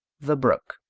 the brook